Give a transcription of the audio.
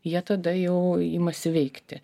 jie tada jau imasi veikti